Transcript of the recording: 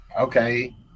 okay